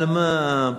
עליית מע"מ,